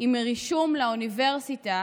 עם רישום לאוניברסיטה